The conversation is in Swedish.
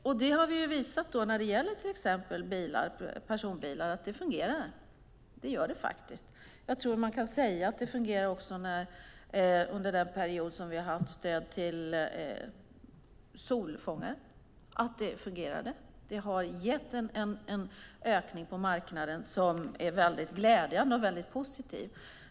Vi har visat att det fungerar när det gäller till exempel personbilar. Det gör det faktiskt. Jag tror att man också kan säga att det har fungerat under den period som vi har haft stöd till solfångare. Det har gett en ökning på marknaden som är mycket glädjande och mycket positiv.